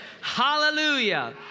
Hallelujah